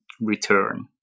return